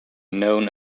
known